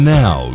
now